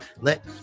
let